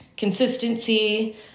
consistency